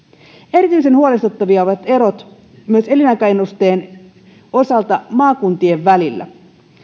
erityisen huolestuttavia ovat erot elinaikaennusteen osalta maakuntien välillä